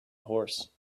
horse